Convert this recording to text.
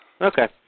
okay